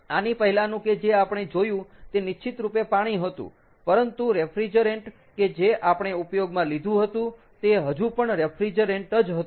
આની પહેલાનું કે જે આપણે જોયું તે નિશ્ચિતરૂપે પાણી હતું પરંતુ રેફ્રીજરેન્ટ કે જે આપણે ઉપયોગમાં લીધું હતું તે હજુ પણ રેફ્રીજરેન્ટ જ હતું